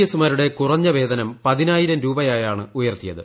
എസ്മാരുടെ കുറഞ്ഞ വേതനം പതിനായിരം രൂപയായാണ് ഉയർത്തിയത്